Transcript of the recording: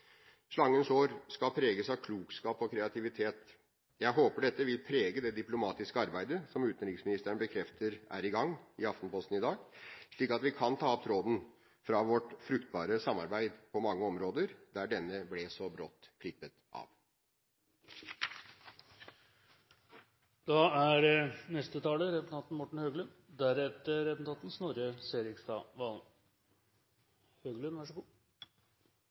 Slangens år skal preges av klokskap og kreativitet. Jeg håper dette vil prege det diplomatiske arbeidet som utenriksministeren bekrefter er i gang, i Aftenposten i dag, slik at vi kan ta opp tråden fra vårt fruktbare samarbeid på mange områder, der denne ble så brått klippet